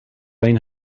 این